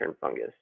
fungus